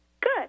Good